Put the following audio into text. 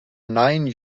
nine